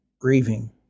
grieving